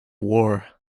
war